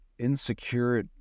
insecure